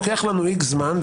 לוקח לנו X זמן.